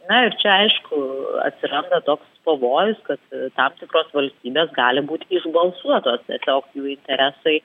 nair čia aišku atsiranda toks pavojus kad tam tikros valstybės gali būti išbalsuotos tiesiog jų interesai